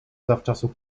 zawczasu